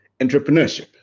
entrepreneurship